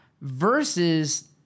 versus